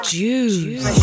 Jews